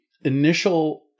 initial